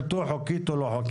חוקית או לא.